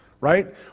right